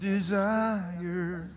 Desire